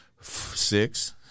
six